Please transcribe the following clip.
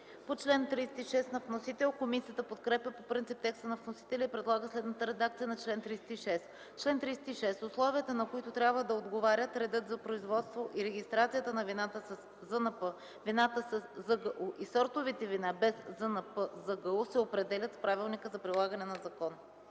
ДЕСИСЛАВА ТАНЕВА: Комисията подкрепя по принцип текста на вносителя и предлага следната редакция на чл. 36: „Чл. 36. Условията, на които трябва да отговарят, редът за производство и регистрацията на вината със ЗНП, вината със ЗГУ и сортовете вина без ЗНП/ЗГУ се определят с правилника за прилагане на закона.”